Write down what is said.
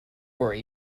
worry